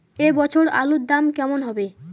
এ বছর আলুর দাম কেমন হবে?